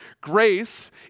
Grace